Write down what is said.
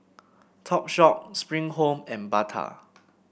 Topshop Spring Home and Bata